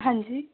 ਹਾਂਜੀ